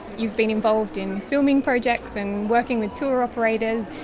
you've been involved in filming projects and working with tour operators,